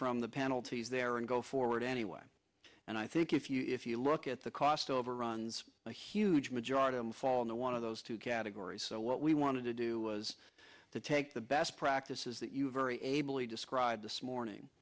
from the penalties there and go forward anyway and i think if you look at the cost overruns a huge majority fall into one of those two categories so what we wanted to do was to take the best practices that you're very able to describe this morning